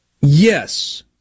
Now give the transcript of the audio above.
Yes